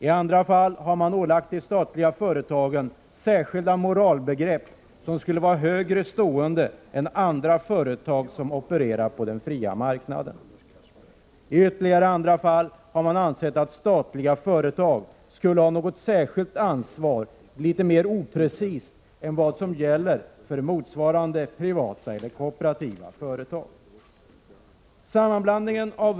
I andra fall har man ålagt de statliga företagen en särskild moral som skulle vara högre stående än moralen hos andra företag som opererar på den fria marknaden. I ytterligare andra fall har man ansett att statliga företag skulle ha ett särskilt ansvar, litet mer oprecist än vad som gäller för motsvarande privata eller kooperativa företag.